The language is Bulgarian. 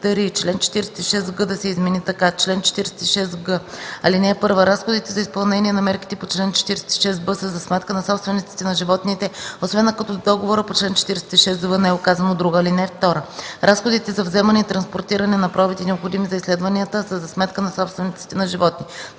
3. Член 46г да се измени така: „Чл. 46г. (1) Разходите за изпълнение на мерките по чл. 46б са за сметка на собствениците на животните, освен ако в договора по чл. 46в не е указано друго. (2) Разходите за вземане и транспортиране на пробите, необходими за изследванията, са за сметка на собствениците на животни.”